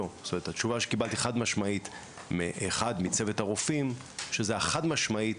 והתשובה שקיבלתי חדש משמעתית אחד מצוות הרופאים שזה חד משמעית